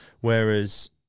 whereas